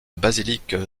basilique